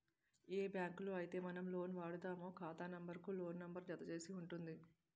ఏ బ్యాంకులో అయితే మనం లోన్ వాడుతామో ఖాతా నెంబర్ కు లోన్ నెంబర్ జత చేసి ఉంటుంది